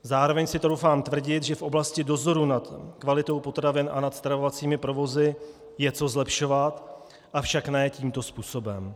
Zároveň si troufám tvrdit, že v oblasti dozoru nad kvalitou potravin a nad stravovacími provozy je co zlepšovat, avšak ne tímto způsobem.